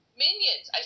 minions